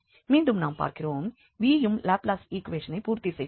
மீண்டும் நாம் பார்க்கிறோம் v யும் லாப்ளாஸ் ஈக்குவேஷனை பூர்த்தி செய்கிறது